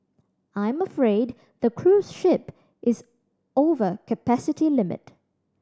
I'm afraid the cruise ship is over capacity limit